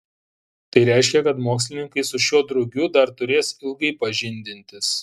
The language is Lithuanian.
tai reiškia kad mokslininkai su šiuo drugiu dar turės ilgai pažindintis